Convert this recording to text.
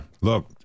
Look